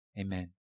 Amen